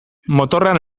motorrean